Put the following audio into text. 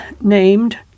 named